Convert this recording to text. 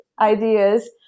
ideas